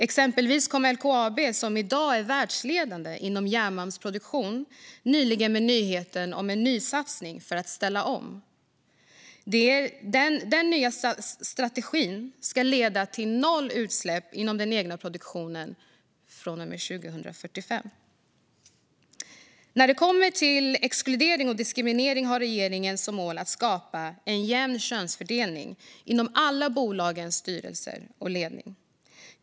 Exempelvis kom LKAB, som i dag är världsledande inom järnmalmsproduktion, nyligen med nyheten om en nysatsning för att ställa om. Den nya strategin ska leda till noll utsläpp från den egna produktionen från och med 2045. När det kommer till exkludering och diskriminering har regeringen som mål att skapa en jämn könsfördelning inom alla bolags styrelser och ledningar.